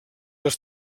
les